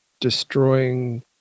destroying